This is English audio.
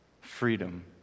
freedom